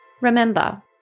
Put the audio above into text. remember